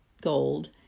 gold